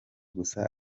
gusa